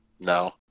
no